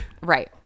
right